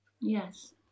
Yes